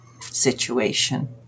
situation